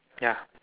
ya